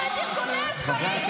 אבל את ארגוני הגברים הוא צריך לראות.